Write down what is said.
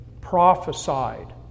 Prophesied